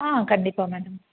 ஆ கண்டிப்பாக மேம்